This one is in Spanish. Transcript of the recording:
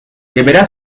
deberá